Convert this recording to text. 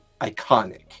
iconic